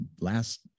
last